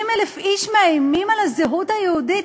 50,000 איש מאיימים על הזהות היהודית,